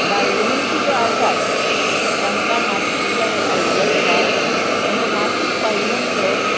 बायलो मुनशा ज्यो आसात जांकां मासीक पाळीं आयिल्ली आसता तांकां मासीक पाळी नंतर